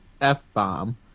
F-bomb